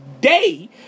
day